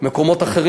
העופות נפרקו ממנה,